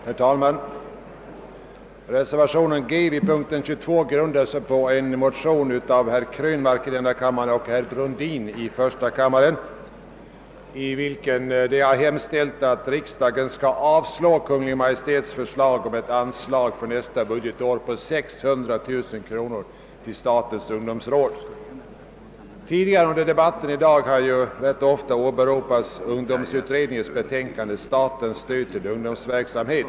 Herr talman! Reservationen G vid punkten 22 grundar sig på motionerna 1: 245 av herr Brundin och II: 312 av herr Krönmark m.fl. Motionärerna har hemställt att riksdagen måtte avslå Kungl. Maj:ts förslag om ett anslag för budgetåret 1968/69 på 600 000 kronor till statens ungdomsråd. Under den debatt som förts tidigare i dag har man flera gånger åberopat ungdomsutredningens betänkande Statens stöd till ungdomsverksamhet.